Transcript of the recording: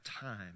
time